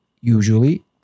usually